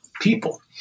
people